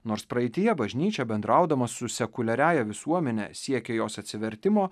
nors praeityje bažnyčia bendraudama su sekuliariąja visuomene siekė jos atsivertimo